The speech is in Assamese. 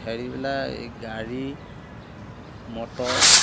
হেৰিবিলাক এই গাড়ী মটৰ